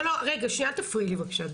לא, רגע, שנייה, אל תפריעי לי בקשה.